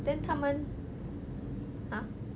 then 他们 !huh!